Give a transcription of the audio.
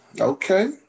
Okay